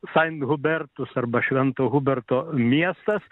saint hubertus arba švento huberto miestas